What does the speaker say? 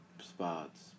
spots